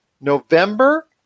November